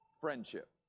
friendship